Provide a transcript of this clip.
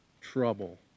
trouble